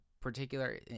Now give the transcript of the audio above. particular